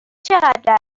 چقدر